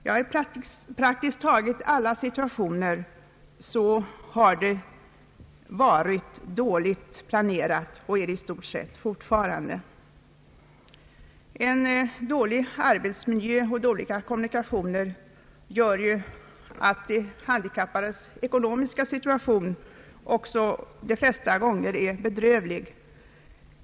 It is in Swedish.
Ja, i praktiskt taget alla situationer har det varit dåligt planerat och är det i stort sett fortfarande. En dålig arbetsmiljö och otillfredsställande kommunikationer gör ju att de handikappades ekonomiska situation de flesta gånger är bedrövlig.